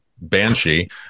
banshee